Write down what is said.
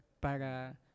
para